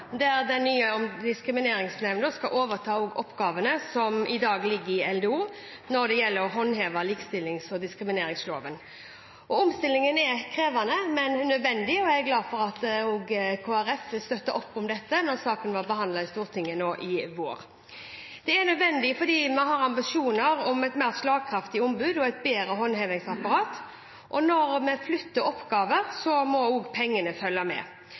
det gjelder å håndheve likestillings- og diskrimineringsloven. Omstillingen er krevende, men nødvendig, og jeg er glad for at Kristelig Folkeparti ville støtte opp om dette da saken ble behandlet i Stortinget nå i vår. Det er nødvendig fordi vi har ambisjoner om et mer slagkraftig ombud og et bedre håndhevingsapparat. Når vi flytter oppgaver, må også pengene følge med.